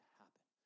happen